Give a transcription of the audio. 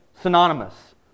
synonymous